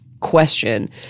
question